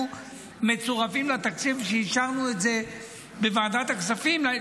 מצורפים לתקציב שאישרנו בוועדת הכספים הביאו,